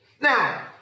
Now